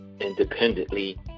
independently